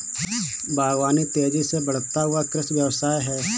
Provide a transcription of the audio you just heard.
बागवानी तेज़ी से बढ़ता हुआ कृषि व्यवसाय है